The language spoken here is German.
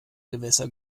gewässer